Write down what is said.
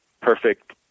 perfect